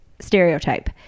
stereotype